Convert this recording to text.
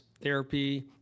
therapy